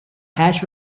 hash